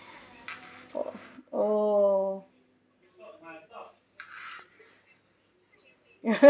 oh oo